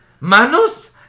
Manos